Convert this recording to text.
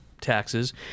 taxes